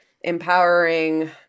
empowering